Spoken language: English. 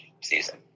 season